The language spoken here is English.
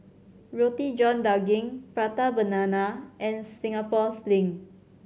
Roti John Daging Prata Banana and Singapore Sling